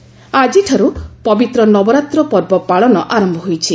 ନବରାତ୍ର ଆଜିଠାରୁ ପବିତ୍ର ନବରାତ୍ର ପର୍ବ ପାଳନ ଆରମ୍ଭ ହୋଇଛି